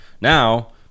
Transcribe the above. now